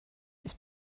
ich